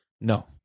No